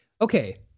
okay